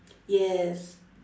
yes